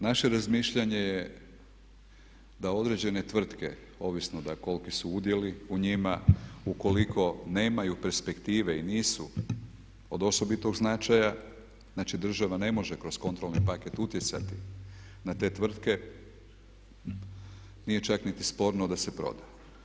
Naše razmišljanje je da određene tvrtke ovisno da koliki su udjeli u njima ukoliko nemaju perspektive i nisu od osobitog značaja, znači država ne može kroz kontrolni paket utjecati na te tvrtke nije čak niti sporno da se proda.